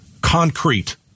concrete